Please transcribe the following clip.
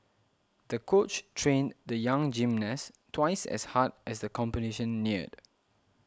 the coach trained the young gymnast twice as hard as the competition neared